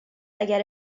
اگر